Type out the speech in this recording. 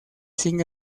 sin